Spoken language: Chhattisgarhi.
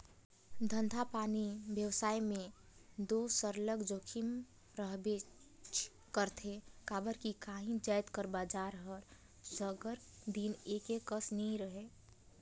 धंधापानी बेवसाय में दो सरलग जोखिम रहबेच करथे काबर कि काही जाएत कर बजार हर सगर दिन एके कस नी रहें